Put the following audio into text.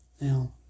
Now